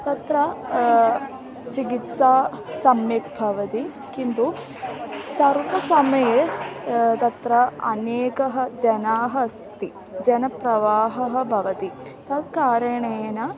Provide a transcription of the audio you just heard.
तत्र चिकित्सा सम्यक् भवति किन्तु सर्व समये तत्र अनेकाः जनाः अस्ति जनप्रवाहः भवति तत् कारणेन